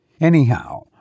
Anyhow